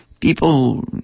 People